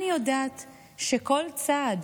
אני יודעת שכל צעד